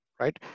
right